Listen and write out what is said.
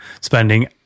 spending